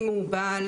אם הוא בעל,